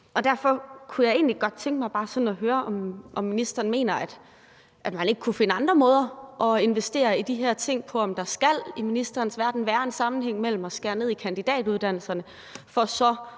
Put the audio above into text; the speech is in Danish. Derfor kunne jeg egentlig godt tænke mig bare at høre, om ministeren mener, at man ikke kunne finde andre måder at investere i de her ting på, altså om der i ministerens verden skal være en sammenhæng mellem at skære ned i kandidatuddannelserne og så